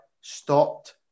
stopped